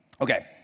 Okay